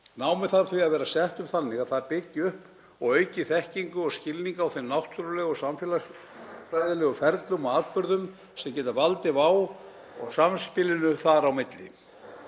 Námið þarf því að vera sett upp þannig að það byggi upp og auki þekkingu og skilning á þeim náttúrulegu samfélagsfræðilegu ferlum og atburðum sem geta valdið vá og samspilinu þar á milli.